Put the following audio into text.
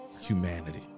humanity